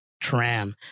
tram